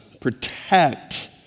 Protect